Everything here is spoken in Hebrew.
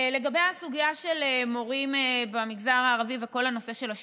לגבי הסוגיה של מורים במגזר הערבי וכל הנושא של השיבוץ,